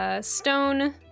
stone